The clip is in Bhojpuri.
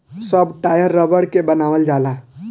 सब टायर रबड़ के बनावल जाला